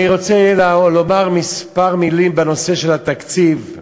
אני רוצה לומר כמה מילים בנושא של התקציב: